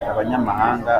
abanyamahanga